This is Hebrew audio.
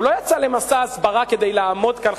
הוא לא יצא למסע הסברה כדי לעמוד כאן,